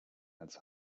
als